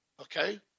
okay